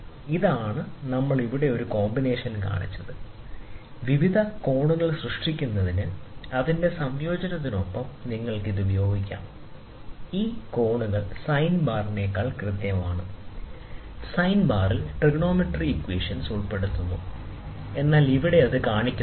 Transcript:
ഇതാണ് നമ്മൾ ഇവിടെ ഒരു കോമ്പിനേഷൻ കാണിച്ചത് വിവിധ കോണുകൾ സൃഷ്ടിക്കുന്നതിന് ഇതിന്റെ സംയോജനത്തിനൊപ്പം നിങ്ങൾക്ക് ഇത് ഉപയോഗിക്കാം ഈ കോണുകൾ സൈൻ ബാറിനേക്കാൾ കൃത്യമാണ് സൈൻ ബാറിൽ ട്രിഗ്ണോമെറ്റ്റി ഇക്വഷൻസ് ഉൾപ്പെടുന്നു അതിനാൽ ഇവിടെ ഇത് കാണിക്കുന്നില്ല